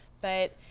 but,